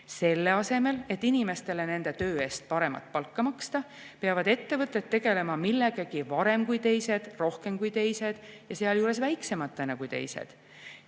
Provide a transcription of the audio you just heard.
Selle asemel, et inimestele nende töö eest paremat palka maksta, peavad ettevõtted tegelema millegagi varem kui teised, rohkem kui teised ja sealjuures väiksematena kui teised